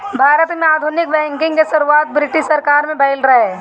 भारत में आधुनिक बैंकिंग के शुरुआत ब्रिटिस सरकार में भइल रहे